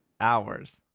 Hours